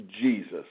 Jesus